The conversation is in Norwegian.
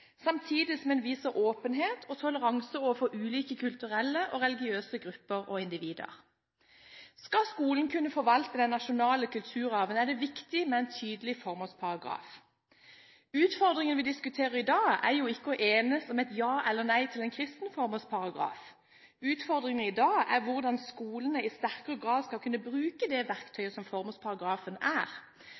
samtidig som en viser åpenhet og toleranse overfor ulike kulturelle og religiøse grupper og individer. Skal skolen kunne forvalte den nasjonale kulturarven, er det viktig med en tydelig formålsparagraf. Utfordringen vi diskuterer i dag, er ikke å enes om et ja eller nei til en kristen formålsparagraf. Utfordringen i dag er hvordan skolene i sterkere grad skal kunne bruke det verktøyet som formålsparagrafen er.